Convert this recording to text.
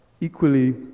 equally